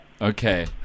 Okay